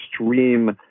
extreme